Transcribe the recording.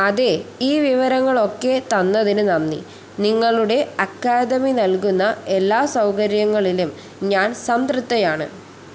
അതേ ഈ വിവരങ്ങളൊക്കെ തന്നതിന് നന്ദി നിങ്ങളുടെ അക്കാദമി നൽകുന്ന എല്ലാ സൗകര്യങ്ങളിലും ഞാൻ സംതൃപ്തയാണ്